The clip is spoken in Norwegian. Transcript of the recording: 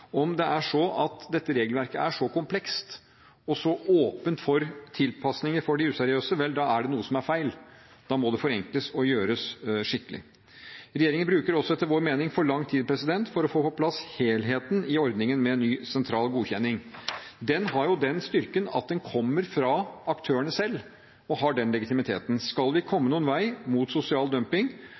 om det er slik at dette regelverket er så komplekst og så åpent for tilpasninger for de useriøse, da er det noe som er feil. Da må det forenkles og gjøres skikkelig. Regjeringen bruker etter vår mening også for lang tid på å få på plass helheten i ordningen med en ny sentral godkjenning. Den har jo den styrken at den kommer fra aktørene selv og har den legitimiteten. Skal vi komme noen vei mot sosial dumping,